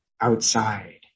outside